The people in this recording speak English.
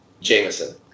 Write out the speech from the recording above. Jameson